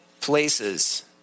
places